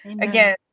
Again